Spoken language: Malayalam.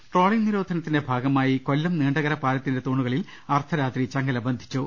രണ്ട ട്രോളിംഗ് നിരോധനത്തിന്റെ ഭാഗമായി കൊല്ലം നീണ്ടകര പാലത്തിന്റെ തൂണുകളിൽ അർദ്ധരാത്രി ചങ്ങല ബന്ധിച്ചു